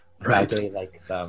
Right